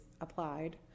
applied